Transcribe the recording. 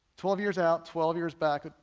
twelve years out, twelve years back,